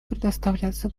предоставляться